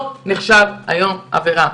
לא נחשב היום עבירה.